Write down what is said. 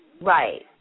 Right